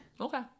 okay